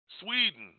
Sweden